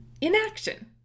inaction